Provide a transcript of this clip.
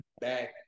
back